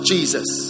Jesus